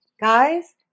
Guys